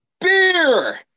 Beer